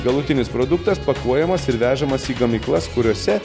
galutinis produktas pakuojamas ir vežamas į gamyklas kuriose